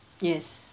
yes